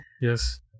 Yes